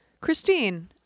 Christine